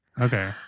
okay